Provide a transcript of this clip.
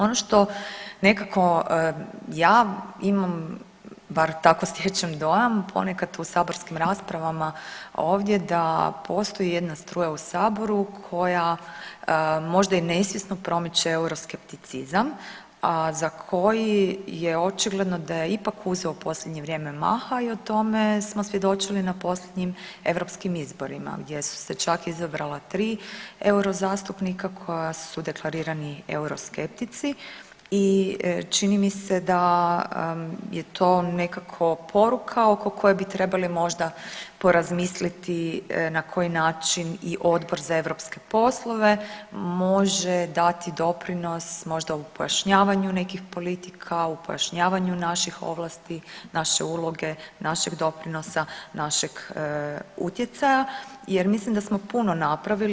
Ono što nekako ja imam bar tako stječem dojam ponekad u saborskim raspravama ovdje da postoji jedna struja u saboru koja možda i nesvjesno promiče euroskepticizam, a za koji je očigledno da je ipak uzeo posljednje vrijeme maha i o tome smo svjedočili na posljednjim europskim izborima gdje su se čak izabrala 3 eurozastupnika koja su deklarirani euroskeptici i čini mi se da je to nekako poruka oko koje bi trebali možda porazmisliti na koji način i Odbor za europske poslove može dati doprinos možda u pojašnjavanju nekih politika, u pojašnjavanju naših ovlasti, naše uloge, našeg doprinosa, našeg utjecaja jer mislim da smo puno napravili.